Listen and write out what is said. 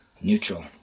Neutral